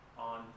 on